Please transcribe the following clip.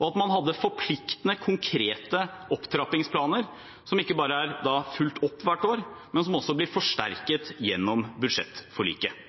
og at man hadde forpliktende, konkrete opptrappingsplaner, som ikke bare er fulgt opp hvert år, men som også blir forsterket gjennom budsjettforliket.